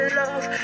love